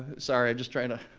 sorry, just trying to,